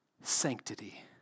sanctity